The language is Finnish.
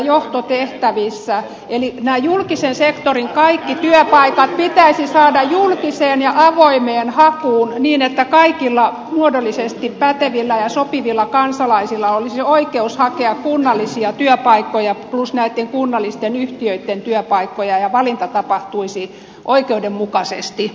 eli nämä julkisen sektorin kaikki työpaikat pitäisi saada julkiseen ja avoimeen hakuun niin että kaikilla muodollisesti pätevillä ja sopivilla kansalaisilla olisi oikeus hakea kunnallisia työpaikkoja plus kunnallisten yhtiöitten työpaikkoja ja valinta tapahtuisi oikeudenmukaisesti